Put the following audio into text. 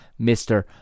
Mr